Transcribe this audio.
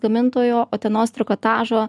gamintojo utenos trikotažo